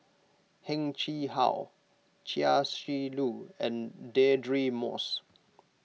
Heng Chee How Chia Shi Lu and Deirdre Moss